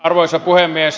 arvoisa puhemies